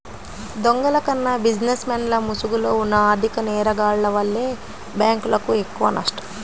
దొంగల కన్నా బిజినెస్ మెన్ల ముసుగులో ఉన్న ఆర్ధిక నేరగాల్ల వల్లే బ్యేంకులకు ఎక్కువనష్టం